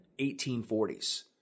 1840s